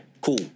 Cool